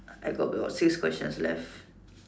I got about six questions left